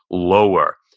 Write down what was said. lower,